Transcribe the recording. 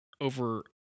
over